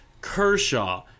Kershaw